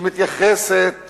שמתייחסות